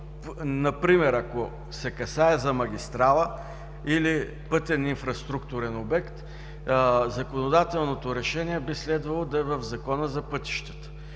Например, ако се касае за магистрала или пътен инфраструктурен обект, законодателното решение би следвало да е в Закона за пътищата,